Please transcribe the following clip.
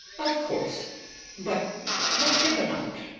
of course but let's hear them out.